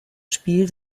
spiel